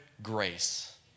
grace